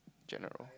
general